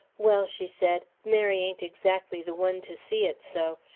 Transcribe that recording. well, she said, mary ain't exactly the one to see it so.